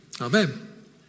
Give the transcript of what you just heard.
Amen